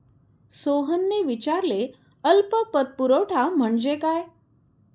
सोहनने विचारले अल्प पतपुरवठा म्हणजे काय?